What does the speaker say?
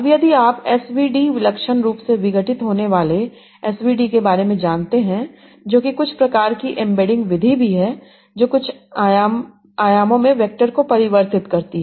अब यदि आप SVD विलक्षण रूप से विघटित होने वाले SVD के बारे में जानते हैं जो कि कुछ प्रकार की एम्बेडिंग विधि भी है जो कुछ कम आयामों में वैक्टर को परिवर्तित करती है